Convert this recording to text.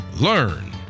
learn